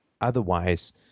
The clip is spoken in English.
otherwise